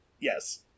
Yes